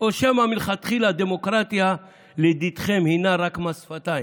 או שמא מלכתחילה הדמוקרטיה לדידכם הינה רק מס שפתיים?